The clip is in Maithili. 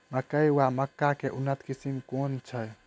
मकई वा मक्का केँ उन्नत किसिम केँ छैय?